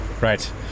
right